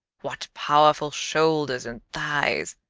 what powerful shoulders and thighs!